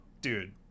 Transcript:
Dude